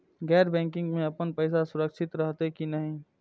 गैर बैकिंग में अपन पैसा सुरक्षित रहैत कि नहिं?